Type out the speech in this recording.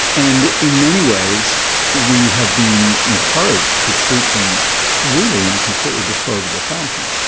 and in many ways we have been encouraged to treat them really in a completely disposable fashion,